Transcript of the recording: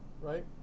right